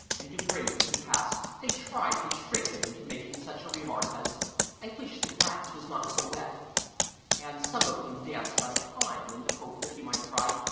and to bring this to pass they tried to trick him into making such a remark as i wish the grass was not so wet and some of them danced out of time in the hope that he might cry,